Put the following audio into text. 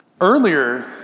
Earlier